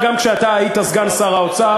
זה קרה גם כשאתה היית סגן שר האוצר.